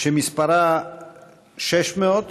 שמספרה 600,